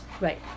Right